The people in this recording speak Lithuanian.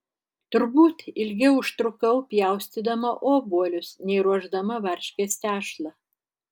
turbūt ilgiau užtrukau pjaustydama obuolius nei ruošdama varškės tešlą